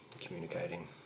communicating